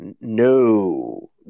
No